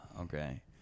Okay